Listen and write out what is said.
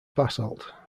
basalt